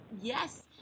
Yes